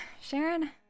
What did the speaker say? Sharon